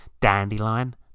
dandelion